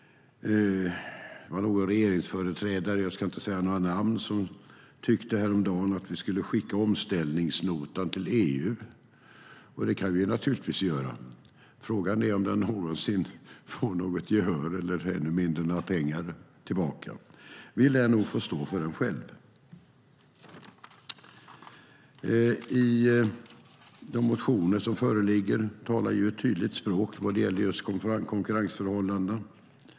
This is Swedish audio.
Det var en regeringsföreträdare - jag ska inte säga något namn - som häromdagen sade att vi skulle skicka omställningsnotan till EU. Det kan vi naturligtvis göra, men frågan är om vi någonsin får gehör för den eller några pengar för den. Vi lär nog få stå för den själva. De motioner som föreligger talar ett tydligt språk när det gäller just konkurrensförhållandena.